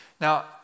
Now